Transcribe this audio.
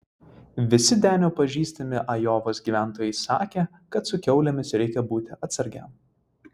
visi denio pažįstami ajovos gyventojai sakė kad su kiaulėmis reikia būti atsargiam